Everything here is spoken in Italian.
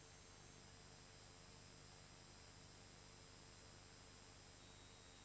Grazie